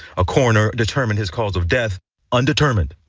a coroner determined his cause of death undetermined.